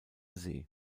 see